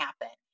happen